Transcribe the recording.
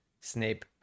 Snape